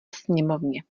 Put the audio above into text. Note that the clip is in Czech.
sněmovně